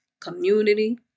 community